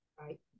Right